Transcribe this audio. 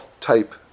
type